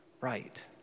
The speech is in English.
right